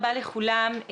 שלום לכולם,